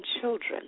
children